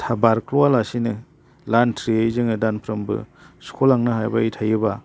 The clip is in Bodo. था बारख्ल'आलासिनो लान्थ्रियै जोङो दानफ्रोबो सुख'लांनो हाबाय थायोबा